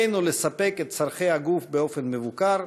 עלינו לספק את צורכי הגוף באופן מבוקר,